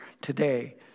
today